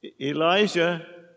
Elijah